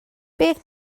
beth